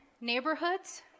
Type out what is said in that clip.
neighborhoods